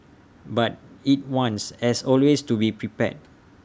but IT wants as always to be prepared